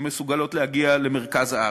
שמסוגלים להגיע למרכז הארץ.